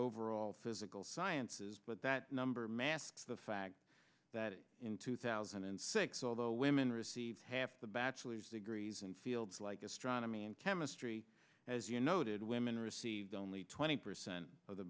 overall physical sciences but that number masks the fact that in two thousand and six although women receive half the bachelor's degrees in fields like astronomy and chemistry as you noted women received only twenty percent of the